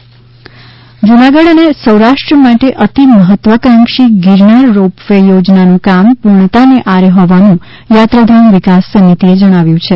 જૂનાગઢ જૂનાગઢ અને સૌરાષ્ટ્ર માટે અતિ મહત્વકાંક્ષી ગિરનાર રોપ વે યોજનાનું કામ પૂર્ણતાને આરે હોવાનું યાત્રાધામ વિકાસ સમિતિએ જણાવ્યું છે